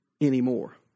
anymore